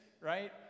right